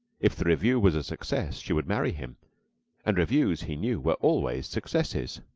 if the revue was a success, she would marry him and revues, he knew, were always successes.